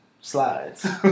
slides